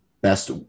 best